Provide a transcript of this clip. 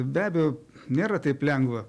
be abejo nėra taip lengva